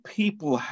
people